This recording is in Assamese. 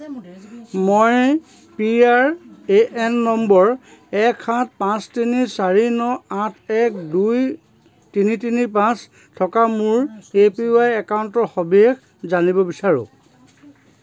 মই P R A N number এক সাত পাঁচ তিনি চাৰি ন আঠ এক দুই তিনি তিনি পাঁচ থকা মোৰ এ পি ৱাই একাউণ্টৰ সবিশেষ জানিব বিচাৰোঁ